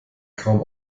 kaum